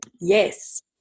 Yes